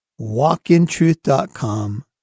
walkintruth.com